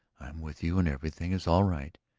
i am with you and everything is all right.